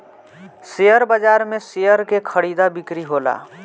share बाजार में share के खरीदा बिक्री होला